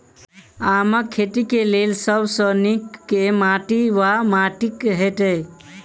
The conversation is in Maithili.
आमक खेती केँ लेल सब सऽ नीक केँ माटि वा माटि हेतै?